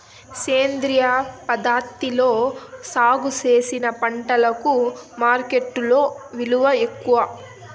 సేంద్రియ పద్ధతిలో సాగు చేసిన పంటలకు మార్కెట్టులో విలువ ఎక్కువ